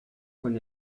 con